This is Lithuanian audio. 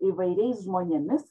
įvairiais žmonėmis